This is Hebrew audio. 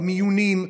במיונים,